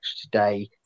today